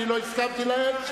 שלא הסכמתי להן.